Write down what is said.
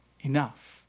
enough